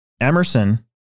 Emerson